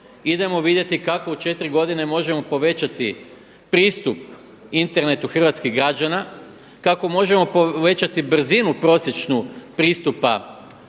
idemo vidjeti kako u 4 godine možemo povećati pristup internetu hrvatskih građana, kako možemo povećati brzinu prosječnu pristupa